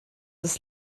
des